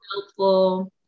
helpful